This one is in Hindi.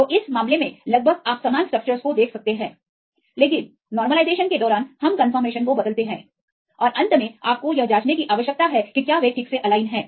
तो इस मामले में लगभग आप समान स्ट्रक्चरस को देख सकते हैं लेकिन न्यूनतमकरण के दौरान हम कन्फर्मेशन को बदलते हैं और अंत में आपको यह जांचने की आवश्यकता है कि क्या वे ठीक से एलाइन हैं